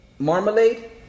Marmalade